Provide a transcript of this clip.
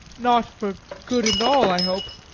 not for good and all, i hope.